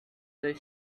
the